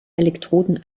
elektroden